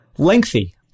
lengthy